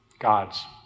God's